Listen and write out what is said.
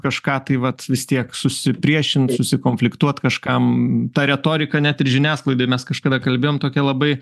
kažką tai vat vis tiek susipriešint susikonfliktuot kažkam ta retorika net ir žiniasklaidoj mes kažkada kalbėjom tokia labai